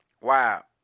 wow